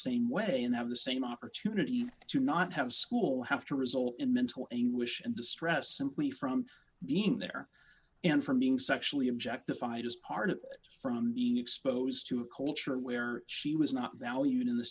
same way and have the same opportunities to not have school have to result in mental anguish and distress simply from being there and from being sexually objectified as part of it from being exposed to a culture where she was not valued in the